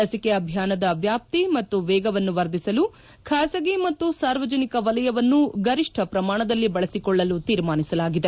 ಲಸಿಕೆ ಅಭಿಯಾನದ ವ್ಯಾಪ್ತಿ ಮತ್ತು ವೇಗವನ್ನು ವರ್ಧಿಸಲು ಖಾಸಗಿ ಮತ್ತು ಸಾರ್ವಜನಿಕ ವಲಯವನ್ನು ಗರಿಷ್ಠ ಪ್ರಮಾಣದಲ್ಲಿ ಬಳಸಿಕೊಳ್ಳಲು ತೀರ್ಮಾನಿಸಲಾಗಿದೆ